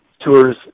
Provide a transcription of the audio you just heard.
tours